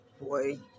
Boy